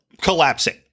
collapsing